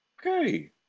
Okay